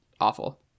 awful